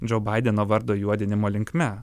džo baideno vardo juodinimo linkme